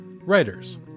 writers